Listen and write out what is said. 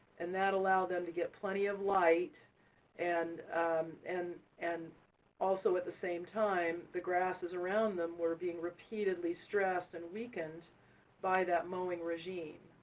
and that allow them to get plenty of light and and and also, at the same time, the grasses around them were being repeatedly stressed and weakened by that mowing regime.